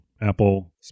Apple